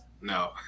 No